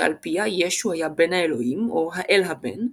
שעל-פיה ישו היה בן האלוהים או האל הבן,